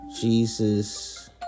Jesus